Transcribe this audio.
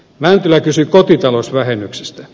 mäntylä kysyi kotitalousvähennyksestä